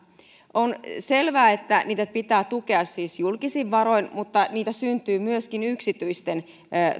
on selvää että niitä pitää tukea siis julkisin varoin mutta niitä syntyy myöskin yksityisten